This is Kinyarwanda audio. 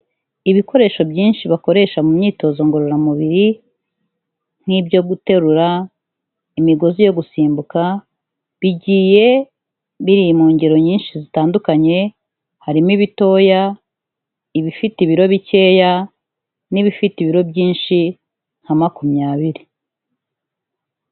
Ibikoresho byinshi bakoresha mu myitozo ngororamubiri nk'ibyo guterura, imigozi yo gusimbuka, bigiye biri mu ngero nyinshi zitandukanye. Harimo ibitoya, ibifite ibiro bikeya, n'ibifite ibiro byinshi nka makumyabiri.